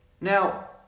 now